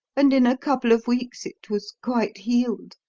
and in a couple of weeks it was quite healed.